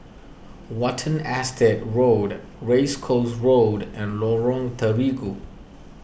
Watten Estate Road Race Course Road and Lorong Terigu